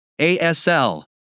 ASL